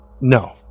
No